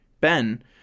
Ben